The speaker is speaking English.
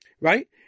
right